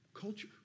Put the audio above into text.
Culture